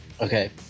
Okay